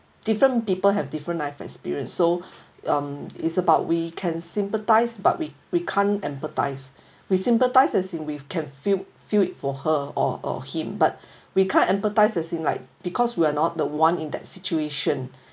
different people have different life experience so um it's about we can sympathise but we we can't empathise we sympathise as in we can feel feel it for her or or him but we can't empathise as in like because we are not the one in that situation